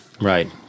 Right